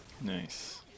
Nice